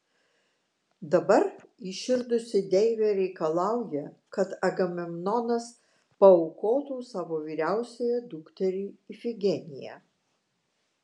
dabar įširdusi deivė reikalauja kad agamemnonas paaukotų savo vyriausiąją dukterį ifigeniją